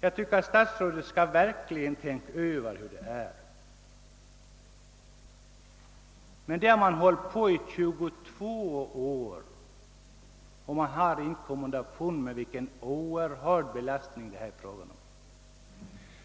Jag tycker att statsrådet verkligen bör tänka på den här situationen. Det har man hållit på med i 22 år utan att komma underfund med vilken oerhörd belastning detta är.